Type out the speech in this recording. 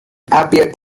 appeared